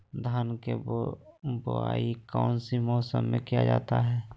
धान के बोआई कौन सी मौसम में किया जाता है?